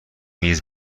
میز